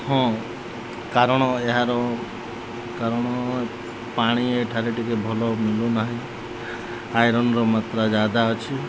ହଁ କାରଣ ଏହାର କାରଣ ପାଣି ଏଠାରେ ଟିକେ ଭଲ ମିଲୁନାହିଁ ଆଇରନ୍ର ମାତ୍ରା ଜ୍ୟାଦା ଅଛି